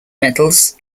medals